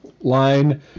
line